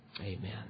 Amen